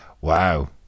Wow